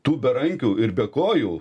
tų berankių ir bekojų